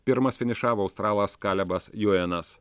pirmas finišavo australas kalebas juenas